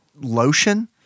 lotion